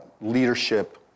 leadership